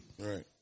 Right